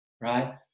right